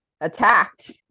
Attacked